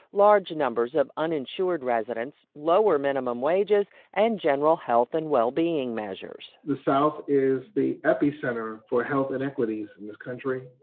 large numbers of uninsured residents, lower minimum wages and general health and well-being measures the south is the epicenter for health inequities in this country.